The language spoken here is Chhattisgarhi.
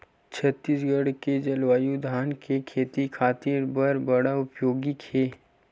छत्तीसगढ़ के जलवायु धान के खेती खातिर बर बड़ उपयोगी हे